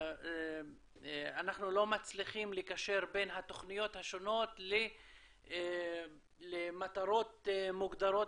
אנחנו לא מצליחים לקשר בין התוכניות השונות למטרות מוגדרות